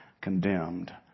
condemned